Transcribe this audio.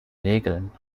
nägeln